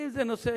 ואם זה נושא,